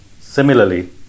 Similarly